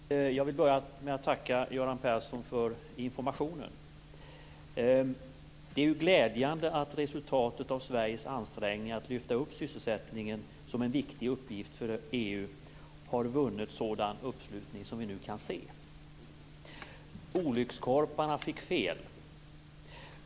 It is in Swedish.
Fru talman! Jag vill börja med att tacka Göran Persson för informationen. Det är glädjande att resultatet av Sveriges ansträngning att lyfta upp sysselsättningen som en viktig uppgift för EU har vunnit sådan uppslutning som vi nu kan se. Olyckskorparna fick fel.